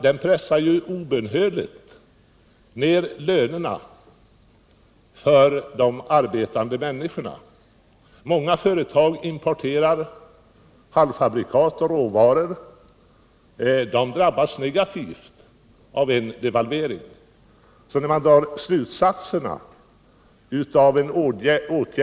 Den pressar obönhörligt ned lönerna för de arbetande människorna. Många företag importerar halvfabrikat och råvaror. De drabbas negativt av en devalvering.